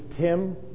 Tim